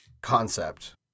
concept